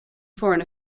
foreign